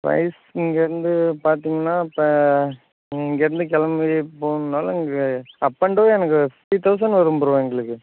price இங்கேயிருந்து பார்த்தீங்கன்னா இப்போ இங்கேயிருந்து கிளம்பி போகணும்னாலும் உங்களுக்கு அப் அண்ட் டவுன் எனக்கு ஃபிஃப்டீன் தௌசண்ட் வரும் ப்ரோ எங்களுக்கு